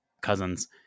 cousins